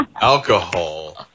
alcohol